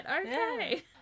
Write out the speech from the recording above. Okay